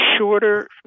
shorter